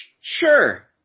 Sure